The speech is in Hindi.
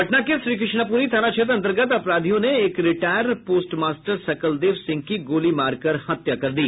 पटना के श्रीकृष्णापूरी थाना क्षेत्र अन्तर्गत अपराधियों ने एक रिटायर पोस्टमास्टर सकल देव सिंह की गोली मारकर हत्या कर दी